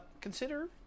consider